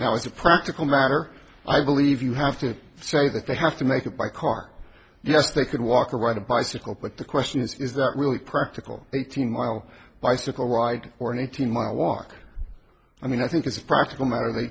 as a practical matter i believe you have to say that they have to make it by car yes they can walk or ride a bicycle but the question is is that really practical eighteen mile bicycle wide or an eighteen mile walk i mean i think as a practical matter they